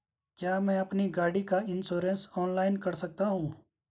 क्या मैं अपनी गाड़ी का इन्श्योरेंस ऑनलाइन कर सकता हूँ?